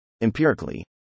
Empirically